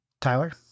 Tyler